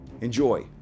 Enjoy